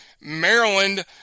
Maryland